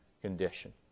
condition